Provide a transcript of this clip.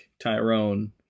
Tyrone